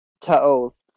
turtles